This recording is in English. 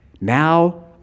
now